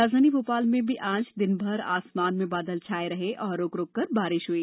राजधानी भोपाल में भी आज दिनभर आसमान में बादल छाये रहे और रूकरूक कर बारिश हुई